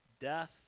death